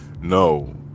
No